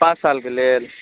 पाँच सालके लेल